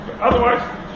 otherwise